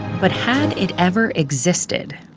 but had it ever existed?